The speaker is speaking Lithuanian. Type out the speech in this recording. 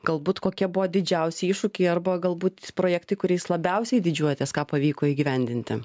galbūt kokie buvo didžiausi iššūkiai arba galbūt projektai kuriais labiausiai didžiuojatės ką pavyko įgyvendinti